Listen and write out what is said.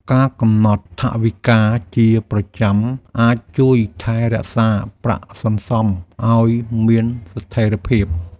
ការកំណត់ថវិកាជាប្រចាំអាចជួយថែរក្សាប្រាក់សន្សុំឲ្យមានស្ថេរភាព។